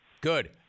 good